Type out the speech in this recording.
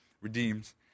redeems